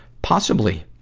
possibly.